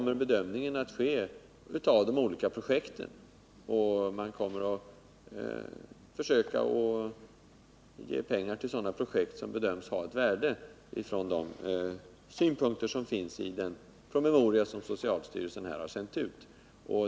En bedömning kommer att ske av de olika projekten, och man kommer att försöka ge pengar till sådana projekt som bedöms ha ett värde från de synpunkter som framförs i de promemorior som socialstyrelsen har sänt ut.